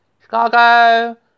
Chicago